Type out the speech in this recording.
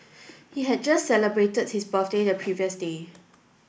he had just celebrated his birthday the previous day